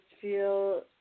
feel